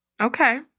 Okay